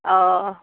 অ'